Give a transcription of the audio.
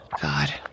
God